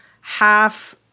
half